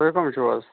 تُہۍ کٕم چھُو حظ